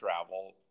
travel